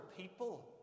people